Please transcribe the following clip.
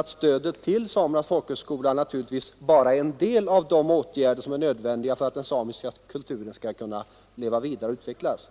att stödet till Samernas folkhögskola naturligtvis bara är en del av de åtgärder som behöver vidtagas för att den samiska kulturen skall kunna leva vidare och utvecklas.